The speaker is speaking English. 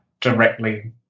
directly